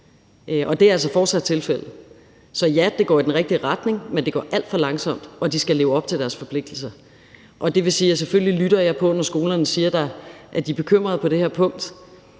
det er altså fortsat tilfældet. Så ja, det går i den rigtige retning, men det går alt for langsomt, og de skal leve op til deres forpligtelser. Det vil sige: Selvfølgelig lytter jeg, når skolerne siger, at de er bekymrede på det her punkt,